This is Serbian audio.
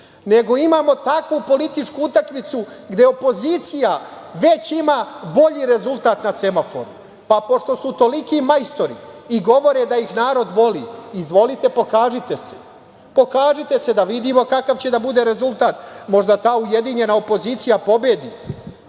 nego imamo takvu političku utakmicu gde opozicija već ima bolji rezultat na semaforu. Pošto su toliki majstori i govore da ih narod voli, izvolite, pokažite se, pokažite se da vidimo kakav će da bude rezultat. Možda ta ujedinjena opozicija pobedi,